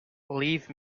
leave